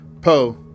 poe